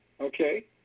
Okay